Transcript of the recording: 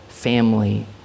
family